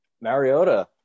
Mariota